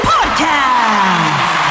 Podcast